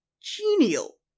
genial